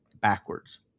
backwards